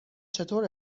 چطور